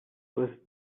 was